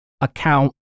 account